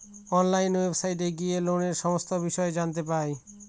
online ওয়েবসাইটে গিয়ে লোনের সমস্ত বিষয় জানতে পাই